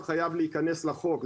פ/1886/2,